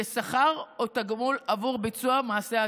כשכר או כתגמול בעבור ביצוע מעשה הטרור.